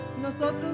nosotros